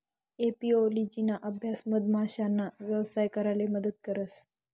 एपिओलोजिना अभ्यास मधमाशासना यवसाय कराले मदत करस